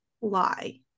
lie